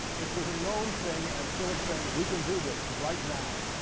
it was a known thing. and phillips saying, we can do this right now,